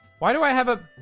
why do i have a